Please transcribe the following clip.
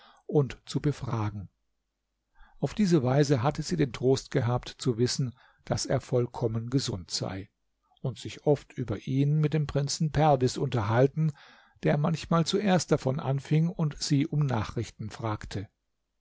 und zu befragen auf diese weise hatte sie den trost gehabt zu wissen daß er vollkommen gesund sei und sich oft über ihn mit dem prinzen perwis unterhalten der manchmal zuerst davon anfing und sie um nachrichten fragte